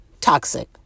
toxic